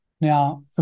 Now